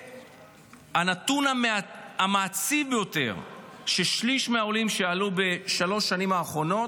הנתון המעציב ביותר ששליש מהעולים שעלו בשלוש השנים האחרונות,